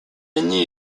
année